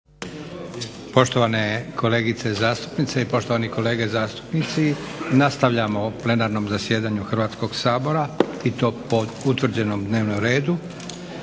Poštovane kolegice zastupnice i poštovani kolege zastupnici, nastavljamo s plenarnim zasjedanjem Hrvatskog sabora i to po utvrđenom dnevnom redu.